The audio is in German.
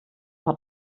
hat